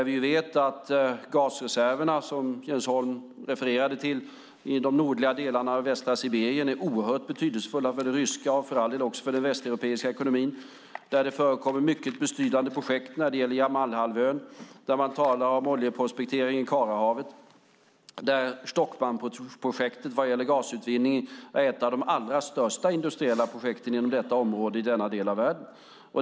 Vi vet att gasreserverna, som Jens Holm refererade till, i de nordliga delarna av västra Sibirien är oerhört betydelsefulla för den ryska, och för all del också för den västeuropeiska, ekonomin. Där förkommer det mycket betydande projekt när det gäller Jamalhalvön, där talar man om oljeprospektering i Karahavet och där är Stockmanprojektet, som gäller gasutvinning, ett av allra största industriella projekten på detta område i denna del av världen.